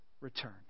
return